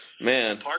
Man